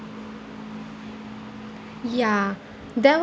ya there